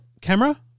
camera